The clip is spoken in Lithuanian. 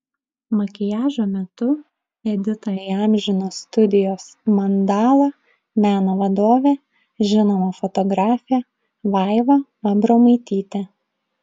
makiažo metu editą įamžino studijos mandala meno vadovė žinoma fotografė vaiva abromaitytė